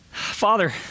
Father